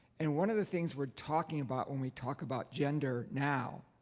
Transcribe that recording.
and one of the things we're talking about when we talk about gender now,